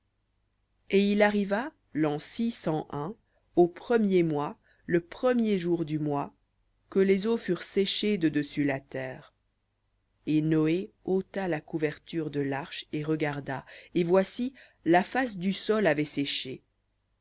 et il arriva l'an six cent un au premier le premier du mois que les eaux furent séchées de dessus la terre et noé ôta la couverture de l'arche et regarda et voici la face du sol avait séché